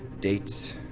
dates